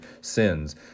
sins